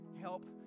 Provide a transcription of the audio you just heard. help